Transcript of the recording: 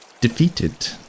defeated